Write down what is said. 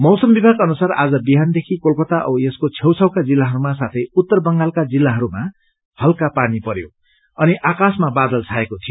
मौसम विभाग अनुसार आज विहानदेखि कोलकता औ यसको छेउछाउका जिल्लाहरूमा साथै उत्तर बंगालका जिल्लाहरूमा पनि हल्का पानी परयो अनि आकाशमा डम्म बादल छाएको छ